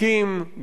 גם של הממשלה,